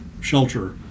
shelter